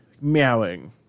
meowing